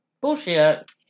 Bullshit